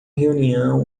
reunião